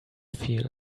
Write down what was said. feel